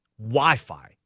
Wi-Fi